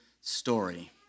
story